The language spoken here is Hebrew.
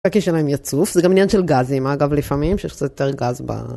קקי שלהם יצוף, זה גם עניין של גזים אגב, לפעמים שיש קצת יותר גז ב...